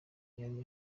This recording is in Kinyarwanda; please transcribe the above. yari